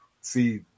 See